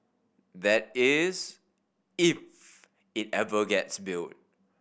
that is if it ever gets built